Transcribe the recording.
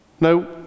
Now